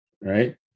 right